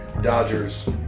Dodgers